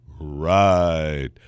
Right